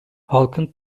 halkın